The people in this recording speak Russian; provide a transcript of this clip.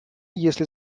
если